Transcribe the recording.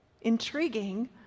intriguing